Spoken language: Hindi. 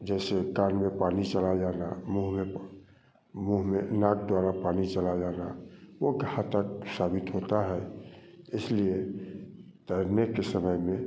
जैसे कान में पानी चला जाना मुंह में मुंह में नाक द्वारा पानी चला जाना वो घातक साबित होता है इसलिए तैरने के समय में